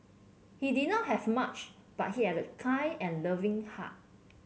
he did not have much but he had a kind and loving heart